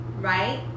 right